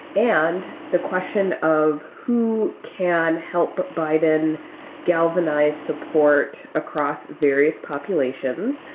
and the question of who can help biden galvanize support across various populations.